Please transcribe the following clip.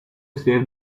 save